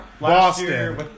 Boston